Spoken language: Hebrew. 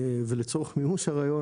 לצורך מימוש הרעיון,